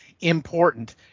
important